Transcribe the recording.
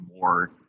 more